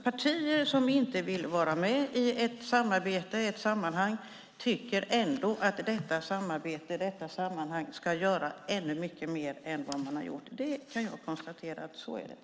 Partier som inte vill vara med i ett samarbete, ett sammanhang, tycker ändå att detta samarbete, detta sammanhang, ska leda till ännu mycket mer än vad som har skett. Så är det. Det kan jag konstatera.